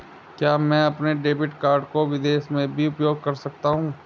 क्या मैं अपने डेबिट कार्ड को विदेश में भी उपयोग कर सकता हूं?